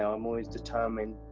um always determined.